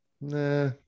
Nah